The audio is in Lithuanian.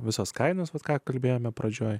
visos kainos vat ką kalbėjome pradžioje